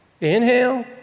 Inhale